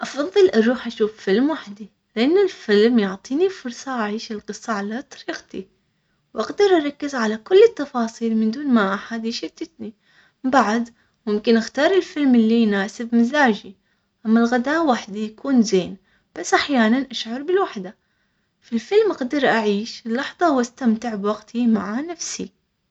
أفضل أروح أشوف فيلم وحدة لين الفيلم يعطيني فرصة أعيش القصة على طريقتى وأقدر أركز على كل التفاصيل من دون ما أحد يشتتني بعد، ممكن أختار الفيلم اللي يناسب مزاجي، أما الغداء وحدي يكون زين، بس أحيانًا أشعر بالوحدة.